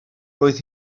roedd